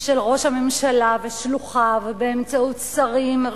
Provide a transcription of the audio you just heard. של ראש הממשלה ושלוחיו באמצעות שרים,